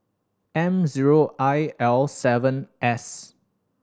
M zero I L seven S